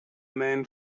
men